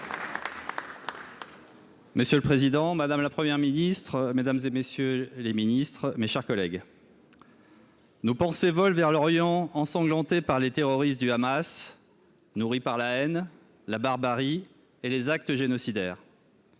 Monsieur le président, madame la Première ministre, mesdames, messieurs les ministres, mes chers collègues, nos pensées volent vers l’Orient ensanglanté par les terroristes du Hamas, nourris par la haine, la barbarie et les actes génocidaires.